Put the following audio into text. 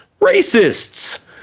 racists